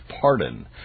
pardon